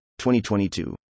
2022